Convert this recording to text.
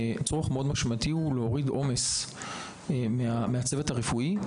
הוא הצורך המאוד משמעותי של הורדת העומס מהצוות הרפואי,